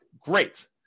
great